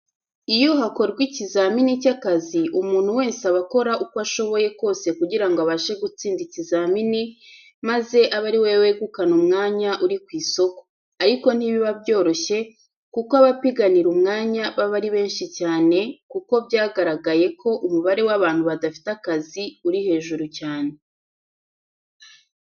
Iyo hakorwa ikizamini cy'akazi, umuntu wese aba akora uko ashoboye kose kugira ngo abashe gutsinda ikizamini maze abe ari we wegukana umwanya uri ku isoko, ariko ntibiba byoroshye kuko abapiganira umwanya baba ari benshi cyane, kuko byagaragaye ko umubare w'abantu badafite akazi uri hejuru cyane.